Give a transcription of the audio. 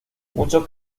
muchos